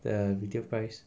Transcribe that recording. the retail price